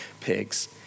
pigs